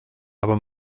aber